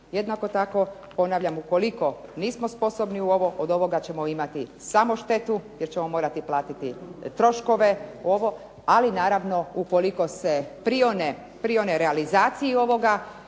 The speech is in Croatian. Jednako tako, ponavljam, ukoliko nismo sposobni od ovoga ćemo imati samo štetu jer ćemo morati platiti troškove, ali naravno ukoliko se prione realizaciji ovoga